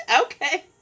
Okay